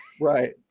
Right